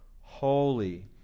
Holy